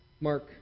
Mark